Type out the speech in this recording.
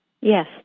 Yes